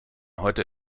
heute